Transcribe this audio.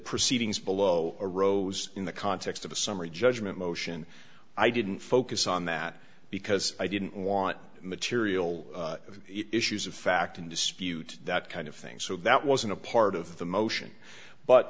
proceed below arose in the context of a summary judgment motion i didn't focus on that because i didn't want material of issues of fact in dispute that kind of thing so that wasn't a part of the motion but